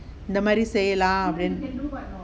இந்த மாறி செய்யலாம்:intha maari seyyalaam